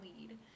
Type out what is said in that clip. lead